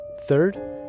Third